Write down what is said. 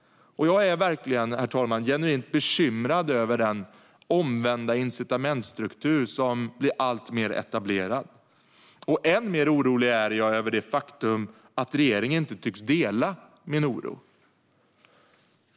Jag är verkligen genuint bekymrad över den omvända incitamentsstruktur som blir alltmer etablerad. Och än mer orolig är jag över det faktum att regeringen inte tycks dela min oro.